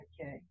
okay